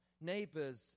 Neighbors